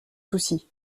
soucis